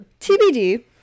tbd